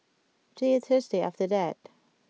there Thursday after that